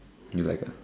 you like ah